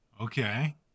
Okay